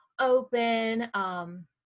open